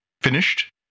finished